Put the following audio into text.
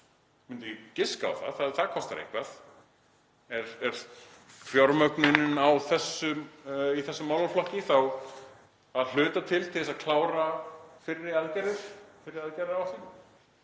myndi giska á að það kosti eitthvað. Er fjármögnunin í þessum málaflokki þá að hluta til til þess að klára aðgerðir